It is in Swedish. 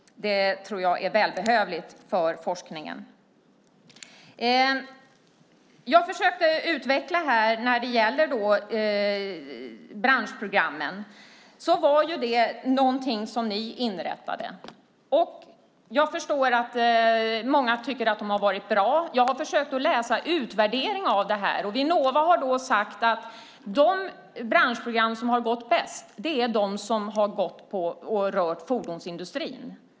Det tror jag är välbehövligt för forskningen. Jag försökte utveckla frågan om branschprogrammen. Det var någonting som ni inrättade. Jag förstår att många tycker att de har varit bra. Jag har försökt läsa utvärderingen av detta. Vinnova har sagt att de branschprogram som har gått bäst är de som har rört fordonsindustrin.